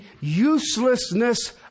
uselessness